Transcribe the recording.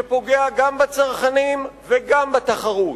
שפוגע גם בצרכנים וגם בתחרות.